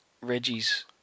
Reggie's